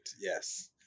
Yes